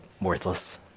worthless